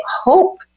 hope